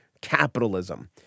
capitalism